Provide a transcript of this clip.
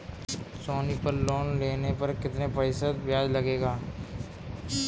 सोनी पल लोन लेने पर कितने प्रतिशत ब्याज लगेगा?